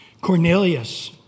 Cornelius